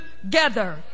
together